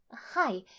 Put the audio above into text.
Hi